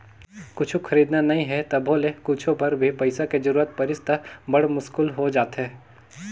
कुछु खरीदना नइ हे तभो ले कुछु बर भी पइसा के जरूरत परिस त बड़ मुस्कुल हो जाथे